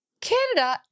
Canada